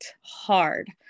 hard